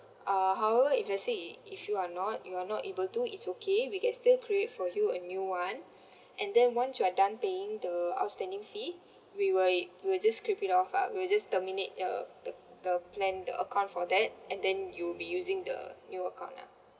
uh however if let's say if if you are no you are not able to it's okay we can still create for you a new one and then once you are done paying the outstanding fee we will it we will just scrape it off lah we'll just terminate uh the the plan the account for that and then you'll be using the new account lah